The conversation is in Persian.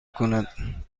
کند